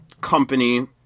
company